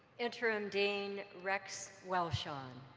interim dean rex welshon.